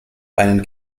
einen